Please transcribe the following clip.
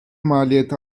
maliyeti